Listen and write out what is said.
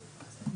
לא,